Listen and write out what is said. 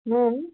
ନାଇଁ